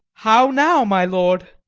how now, my lord!